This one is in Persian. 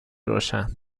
روشن